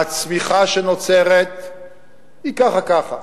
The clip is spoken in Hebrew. הצמיחה שנוצרת היא ככה-ככה.